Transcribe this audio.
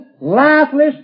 lifeless